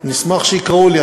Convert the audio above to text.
אני אשמח שיקראו לי.